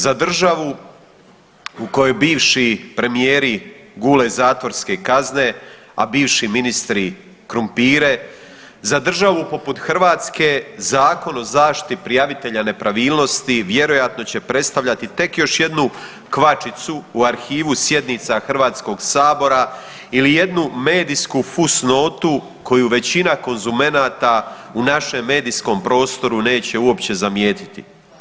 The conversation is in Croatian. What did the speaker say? Za državu u kojoj bivši premijeri gule zatvorske kazne, a bivši ministri krumpire, za državu poput Hrvatske Zakon o zaštiti prijavitelja nepravilnosti vjerojatno će predstavljati tek još jednu kvačicu u arhivu sjednica HS-a ili jednu medijsku fus notu koju većina konzumenata u našem medijskom prostoru neće uopće zamijetiti.